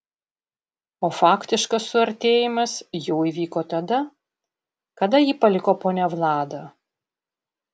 o faktiškas suartėjimas jau įvyko tada kada jį paliko ponia vlada